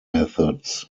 methods